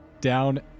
down